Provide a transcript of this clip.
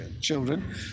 children